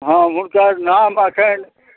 हँ हुनकर नाम एखन